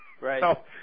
Right